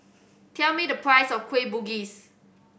tell me the price of Kueh Bugis